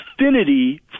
affinity